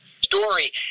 story